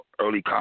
early